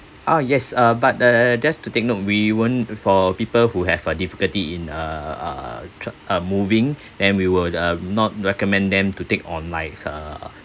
ah yes uh but err just to take note we won't for people who have a difficulty in uh uh tra~ uh moving then we will uh not recommend them to take on like uh